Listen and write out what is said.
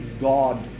God